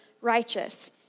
righteous